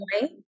Right